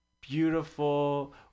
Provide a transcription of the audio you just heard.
beautiful